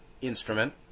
instrument